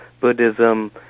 Buddhism